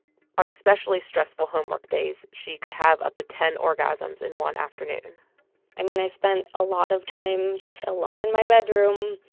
on especially stressful homework days, she could have up to ten orgasms in one afternoon i mean i spent a lot of time just alone in my bedroom,